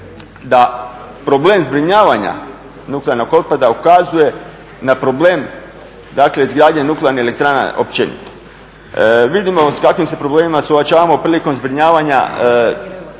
da problem zbrinjavanja nuklearnog otpada ukazuje na problem izgradnje nuklearnih elektrana općenito. Vidimo s kakvim se problemima suočavamo prilikom zbrinjavanja